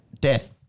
death